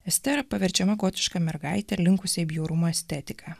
estera paverčiama gotiška mergaite ir linkusi į bjaurumo estetiką